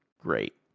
great